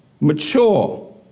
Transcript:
mature